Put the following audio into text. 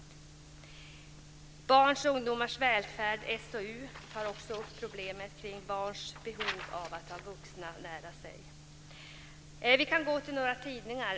I Barns och ungdomars välfärd, SOU 2001:55, tar man också upp problemen kring barns behov av att ha vuxna nära sig. Vi kan också gå till några tidningar.